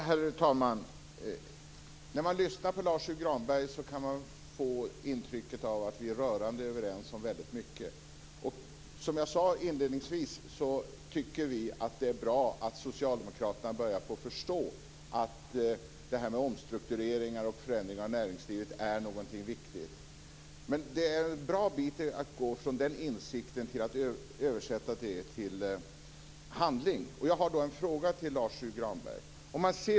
Herr talman! Man kan när man lyssnar på Lars U Granberg få intrycket att vi är rörande överens om väldigt mycket. Som jag sade inledningsvis tycker vi att det är bra att socialdemokraterna börjar förstå att omstruktureringar och förändringar är viktiga i näringslivet. Från den insikten till att skrida till handling är det dock ett bra stycke att gå. Jag har en fråga till Lars U Granberg.